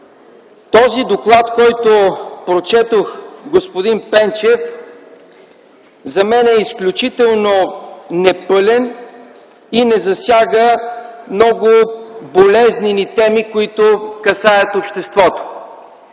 този доклад, който прочетохте, господин Пенчев, за мен е изключително непълен и не засяга много болезнени теми, които касаят обществото.